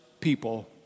people